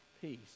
peace